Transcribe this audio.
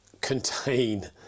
contain